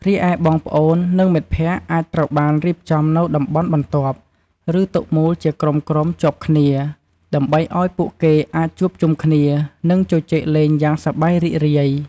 រីឯបងប្អូន និងមិត្តភក្តិអាចត្រូវបានរៀបចំនៅតំបន់បន្ទាប់ ឬតុមូលជាក្រុមៗជាប់គ្នា ដើម្បីឲ្យពួកគេអាចជួបជុំគ្នា និងជជែកលេងយ៉ាងសប្បាយរីករាយ។